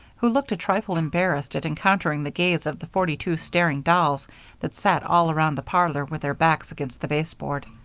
who looked a trifle embarrassed at encountering the gaze of the forty-two staring dolls that sat all around the parlor with their backs against the baseboard.